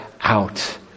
out